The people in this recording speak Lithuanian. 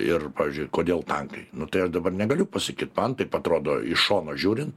ir pavyzdžiui kodėl tankai nu tai aš dabar negaliu pasakyt man taip atrodo iš šono žiūrin